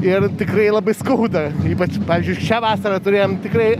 ir tikrai labai skauda ypač pavyzdžiui šią vasarą turėjom tikrai